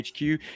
HQ